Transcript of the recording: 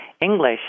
English